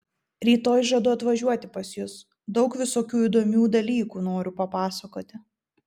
rytoj žadu atvažiuoti pas jus daug visokių įdomių dalykų noriu papasakoti